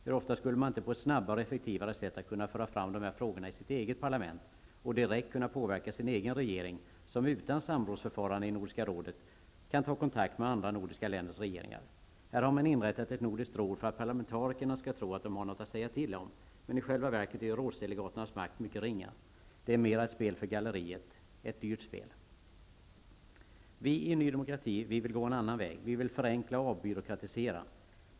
Hur ofta skulle man inte på ett snabbare och effektivare sätt ha kunnat föra fram de här frågorna i sitt eget parlament och direkt kunnat påverka sin egen regering, som utan samrådsförfarande i Nordiska rådet kunnat ta kontakt med andra nordiska länders regeringar? Här har man inrättat ett nordiskt råd för att parlamentarikerna skall tro att de har något att säga till om. Men i själva verket är ju rådsdelegaternas makt mycket ringa. Det är mera ett spel för galleriet -- ett dyrt spel. Vi i Ny demokrati vill gå en annan väg. Vi vill förenkla och avbyråkratisera.